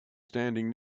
standing